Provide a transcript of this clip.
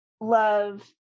love